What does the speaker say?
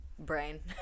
Brain